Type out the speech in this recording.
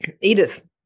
Edith